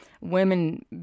women